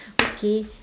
okay